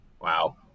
Wow